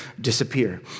disappear